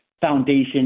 foundation